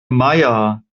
meier